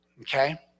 Okay